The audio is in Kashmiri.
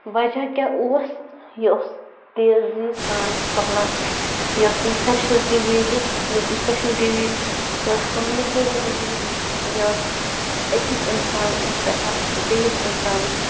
وَجہہ کیٛاہ اوس یہِ اوس تیزی سان پھہلَن یۄس اِنفٮ۪کشَس ڈِزیٖزٕز یۄس اِنفٮ۪کشَن ڈِزیٖز یۄس کوٚمنِکیبٕل ڈِزیٖز یۄس أکِس اِنسان سٕنٛدۍ پٮ۪ٹھ بیٚیِس اِنسانَس